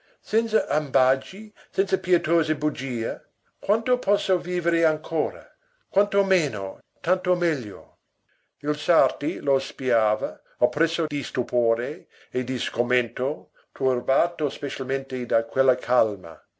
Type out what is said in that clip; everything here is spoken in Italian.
senza ambagi senza pietose bugie quanto posso vivere ancora quanto meno tanto meglio il sarti lo spiava oppresso di stupore e di sgomento turbato specialmente da quella calma